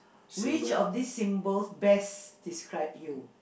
which of these symbols best describe you